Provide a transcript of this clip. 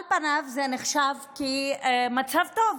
על פניו זה נחשב מצב טוב,